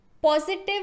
Positive